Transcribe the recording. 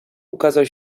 ukazał